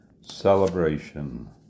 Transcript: celebration